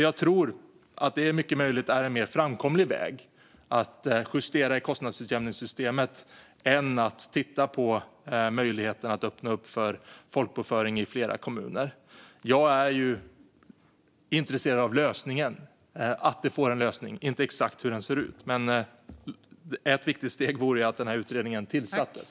Jag tror att det är mycket möjligt att det är en mer framkomlig väg att justera kostnadsutjämningssystemet än att titta på möjligheten att öppna upp för folkbokföring i flera kommuner. Jag är intresserad av lösningen, att detta får en lösning, inte exakt hur den ser ut. Men ett viktigt steg vore ju att den här utredningen tillsattes.